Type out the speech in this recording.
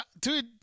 Dude